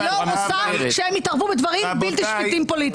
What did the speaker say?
אני לא רוצה שהם יתערבו בדברים בלתי שפיטים פוליטית.